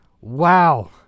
wow